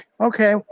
Okay